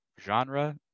genre